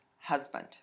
husband